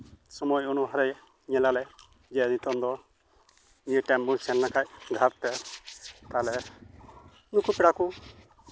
ᱥᱚᱢᱚᱭ ᱚᱱᱩ ᱦᱟᱨᱮ ᱧᱮᱞ ᱟᱞᱮ ᱡᱮ ᱱᱤᱛᱚᱝ ᱫᱚ ᱱᱤᱭᱟᱹ ᱴᱟᱭᱤᱢ ᱵᱚᱱ ᱥᱮᱱ ᱞᱮᱱᱠᱷᱟᱱ ᱜᱷᱟᱴᱛᱮ ᱛᱟᱦᱚᱞᱮ ᱩᱱᱠᱩ ᱯᱮᱲᱟ ᱠᱚ